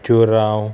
चोरांव